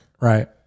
Right